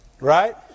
Right